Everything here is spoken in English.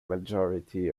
majority